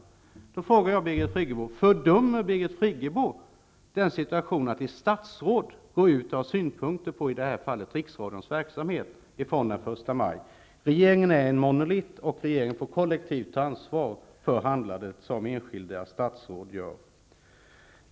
Då frågar jag: Fördömer Birgit Friggebo det förhållandet att ett statsråd har synpunkter på i det här fallet Riksradions rapportering från förstamajfirandet? Regeringen är en monolit och får kollektivt ta ansvar för enskilda statsråds handlingar.